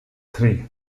three